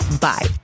bye